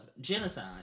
genocide